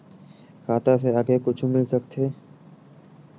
खाता से आगे कुछु मिल सकथे?